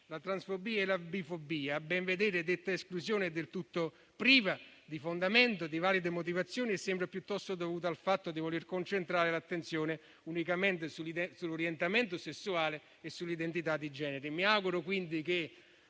la transfobia e la bifobia. A ben vedere, detta esclusione è del tutto priva di fondamento e di valide motivazioni, e sembra piuttosto dovuta al fatto di voler concentrare l'attenzione unicamente sull'orientamento sessuale e sull'identità di genere.